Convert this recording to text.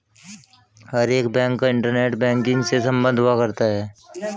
हर एक बैंक का internet banking से सम्बन्ध हुआ करता है